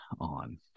on